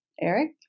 eric